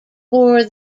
bore